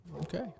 Okay